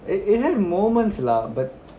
i~ it had moments lah but